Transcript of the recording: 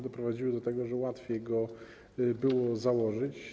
Doprowadziły do tego, że łatwiej go było założyć.